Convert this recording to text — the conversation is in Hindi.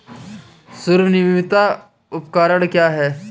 स्वनिर्मित उपकरण क्या है?